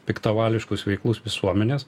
piktavališkus veiklus visuomenės